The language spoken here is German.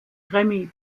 grammy